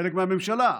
חלק מהממשלה.